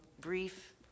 brief